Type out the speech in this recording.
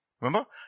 Remember